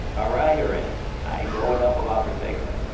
ah right, already, i know enough about prosecco.